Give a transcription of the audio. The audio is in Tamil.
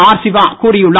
ஆர் சிவா கூறியுள்ளார்